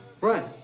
Right